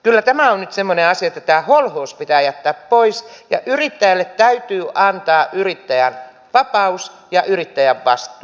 kyllä tämä on nyt semmoinen asia että tämä holhous pitää jättää pois ja yrittäjälle täytyy antaa yrittäjän vapaus ja yrittäjän vastuu